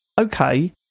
okay